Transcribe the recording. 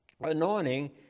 anointing